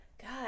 God